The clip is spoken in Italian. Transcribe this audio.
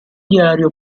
diario